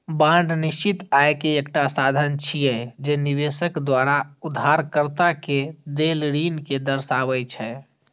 bond निश्चित आय के एकटा साधन छियै, जे निवेशक द्वारा उधारकर्ता कें देल ऋण कें दर्शाबै छै